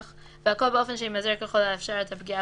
והכול באופן שימזער ככל האפשר את הפגיעה